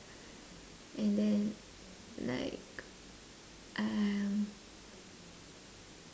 and then like um